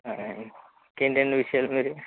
సరే అండి ఇంకేంటండి విషయాలు మీరు